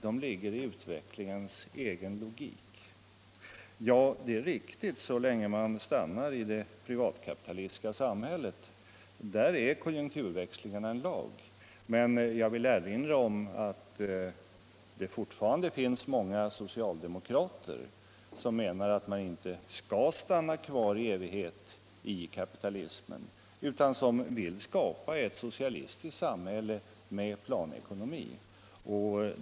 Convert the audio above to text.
De ligger i utvecklingens egen logik.” Ja, det är riktigt så länge man stannar i det kapitalistiska samhället. Där är konjunkturväxlingarna en lag. Men jag vill erinra om att det fortfarande finns många socialdemokrater som menar att man inte skall stanna kvar i evighet i kapitalismen utan som vill skapa ett socialistiskt samhälle med planekonomi.